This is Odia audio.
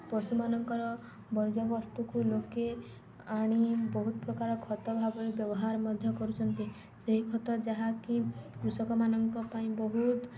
ପଶୁମାନଙ୍କର ବର୍ଜ୍ୟବସ୍ତୁକୁ ଲୋକେ ଆଣି ବହୁତ ପ୍ରକାର ଖତ ଭାବରେ ବ୍ୟବହାର ମଧ୍ୟ କରୁଛନ୍ତି ସେହି ଖତ ଯାହାକି କୃଷକମାନଙ୍କ ପାଇଁ ବହୁତ